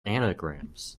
anagrams